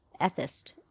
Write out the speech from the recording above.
ethicist